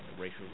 racial